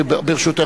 ברשותך,